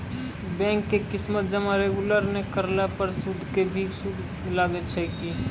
Bank के किस्त जमा रेगुलर नै करला पर सुद के भी सुद लागै छै कि?